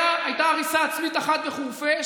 הייתה הריסה עצמית אחת בחורפיש,